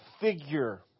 figure